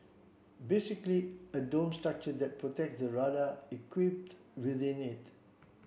basically a dome structure that protects the radar within it